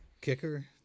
Kicker